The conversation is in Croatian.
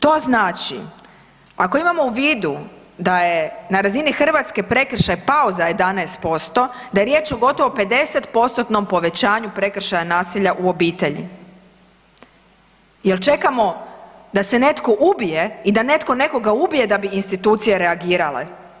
To znači ako imamo u vidu da je na razini Hrvatske prekršaj pao za 11%, da je riječ o gotovo o 50%-tnom povećanju prekršaja nasilja u obitelji. jel čekamo da se netko ubije i da netko nekoga ubije da bi institucije reagirale?